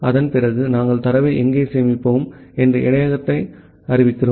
அதன்பிறகு நாங்கள் தரவை எங்கே சேமிப்போம் என்று இடையகத்தை அறிவிக்கிறோம்